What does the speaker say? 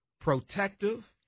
protective